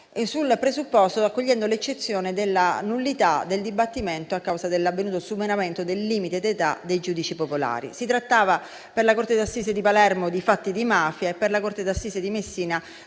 sentenze, accogliendo l'eccezione della nullità del dibattimento a causa dell'avvenuto superamento del limite d'età dei giudici popolari. Si trattava per la corte d'assise di Palermo di fatti di mafia e per la corte d'assise di Messina